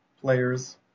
players